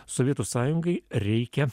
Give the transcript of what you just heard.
sovietų sąjungai reikia